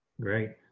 great